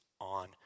on